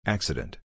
Accident